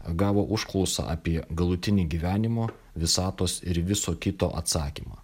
gavo užklausą apie galutinį gyvenimo visatos ir viso kito atsakymą